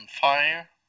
fire